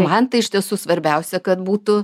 man tai iš tiesų svarbiausia kad būtų